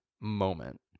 moment